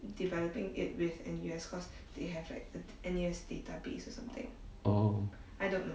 oh